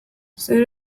zer